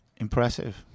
Impressive